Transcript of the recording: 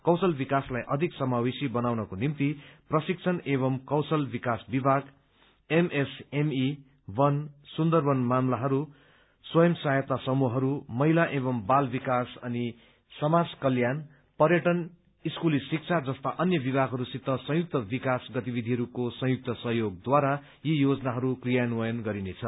कौशल विकासलाई अधिक समावेशी बनाउनको निम्ति प्रशिक्षण एवं कौशल विकास विभाग एमएसएमई वन सुन्दरवन मामलाहरू स्वयं सहायता समूहहरू महिला एवं बाल विकास अनि समाज कल्याण पर्यटन स्कूल शिक्षा जस्ता अन्य विभागहरूसित संयुक्त विकास गतिविधिहरूको संयुक्त सहयोगद्वारा यी योजनाहरू क्रियान्वयन गरिनेछ